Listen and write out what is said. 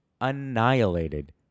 annihilated